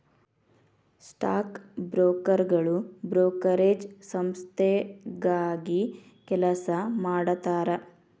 stock ಬ್ರೋಕರ್ಗಳು brokerage ಸಂಸ್ಥೆಗಾಗಿ ಕೆಲಸ ಮಾಡತಾರಾ